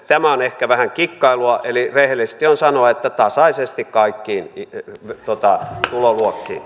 tämä on ehkä vähän kikkailua eli rehellistä on sanoa että tasaisesti kaikkiin tuloluokkiin